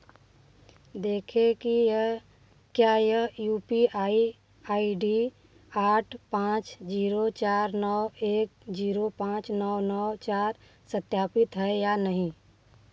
देखें कि यह क्या यह U P I I D आठ पाँच जीरो चार नौ एक जीरो पाँच नौ नौ चार सत्यापित है या नहीं